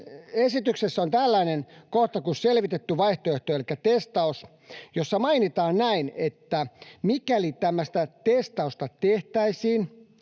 esityksessä on tällainen kohta kuin selvitetty vaihtoehto elikkä testaus, jossa mainitaan, että mikäli tämmöistä testausta tehtäisiin,